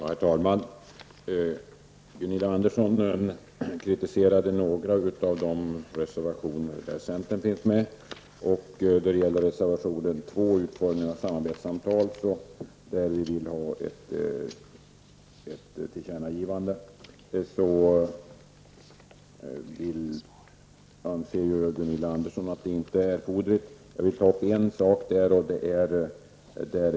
Herr talman! Gunilla Andersson kritiserade några av de reservationer där centern finns med. I reservation 2, om utformningen av samarbetssamtal, vill vi ha ett tillkännagivande. Gunilla Andersson anser att det inte är erforderligt. Jag vill ta upp en sak i detta sammanhang.